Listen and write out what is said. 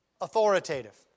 authoritative